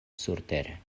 surtere